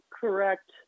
correct